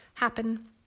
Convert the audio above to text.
happen